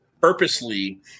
purposely